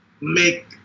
make